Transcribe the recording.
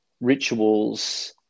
rituals